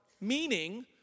meaning